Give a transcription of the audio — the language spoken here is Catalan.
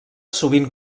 sovint